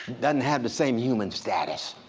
doesn't have the same human status.